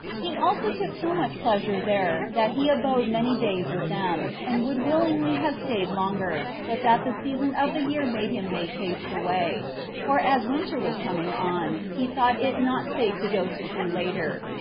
he also took so much pleasure there, that he abode many days with them, and would willingly have staid longer, but that the season of the year made him make haste away for as winter was coming on, he thought it not safe to go to sea later,